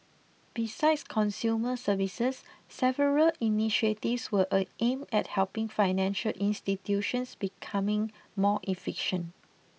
besides consumer services several initiatives were aimed at helping financial institutions becoming more efficient